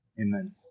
Amen